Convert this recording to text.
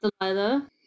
Delilah